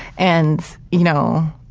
and you know,